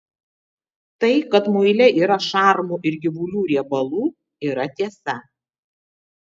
tai kad muile yra šarmų ir gyvulių riebalų yra tiesa